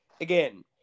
again